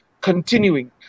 continuing